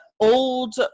old